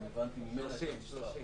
אם הבנתי ממנה --- 30%.